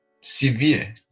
severe